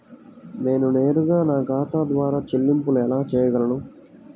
నేను నేరుగా నా ఖాతా ద్వారా చెల్లింపులు ఎలా చేయగలను?